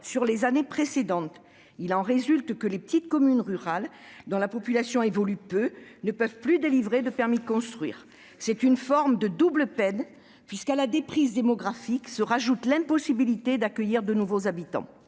cours des années précédentes. Il en résulte que les petites communes rurales, dont la population évolue peu, ne peuvent plus délivrer de permis de construire. C'est une forme de double peine puisqu'à la déprise démographique s'ajoute l'impossibilité d'accueillir de nouveaux habitants.